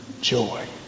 joy